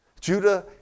Judah